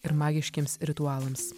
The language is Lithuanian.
ir magiškiems ritualams